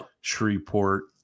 Shreveport